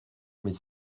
mais